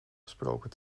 gesproken